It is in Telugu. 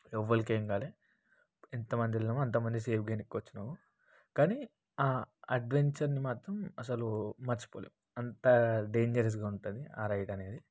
ఎవ్వరికి ఏం కాలేదు ఎంతమంది వెళ్ళినామో అంతమంది సేఫ్గా వెనక్కి వచ్చినాం కానీ ఆ అడ్వెంచర్ని మాత్రం అసలు మర్చిపోలేం అంతా డేంజరస్గా ఉంటుంది ఆ రైడ్ అనేది